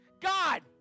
God